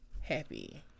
happy